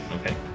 okay